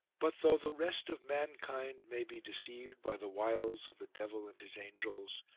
but though the rest of mankind may be deceived by the wiles of the devil and his angels,